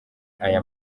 aya